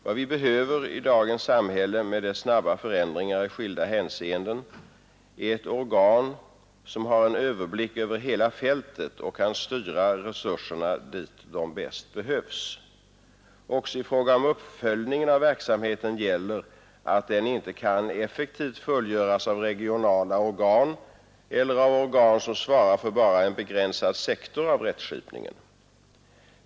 Vad vi behöver i dagens samhälle med dess snabba förändringar i skilda hänseenden är ett organ som har en överblick över hela fältet och kan styra resurserna dit där de bäst behövs. Också i fråga om uppföljningen av verksamheten gäller att den inte kan effektivt fullgöras av regionala organ eller av organ som svarar för bara en begränsad sektor av rättskipningen.